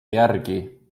järgi